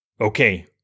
Okay